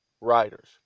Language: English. writers